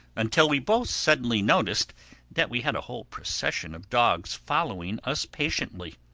until we both suddenly noticed that we had a whole procession of dogs following us patiently.